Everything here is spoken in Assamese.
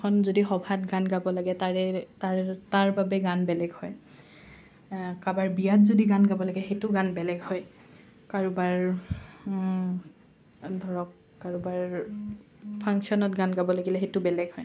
এখন যদি সভাত গান গাব লাগে তাৰে তাৰ তাৰ বাবে গান বেলেগ হয় কাৰোবাৰ বিয়াত যদি গান গাব লাগে সেইটো গান বেলেগ হয় কাৰোবাৰ ধৰক কাৰোবাৰ ফাংশ্বনত গান গাব লাগিলে সেইটো বেলেগ